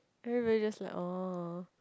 everybody just like orh